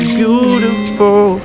beautiful